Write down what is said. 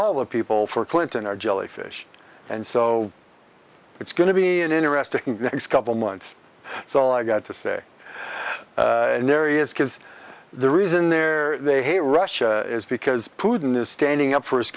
all the people for clinton are jellyfish and so it's going to be an interesting next couple months so i got to say and there is because the reason they're they hate russia is because putin is standing up for his